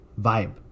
vibe